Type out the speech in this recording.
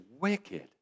wicked